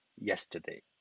yesterday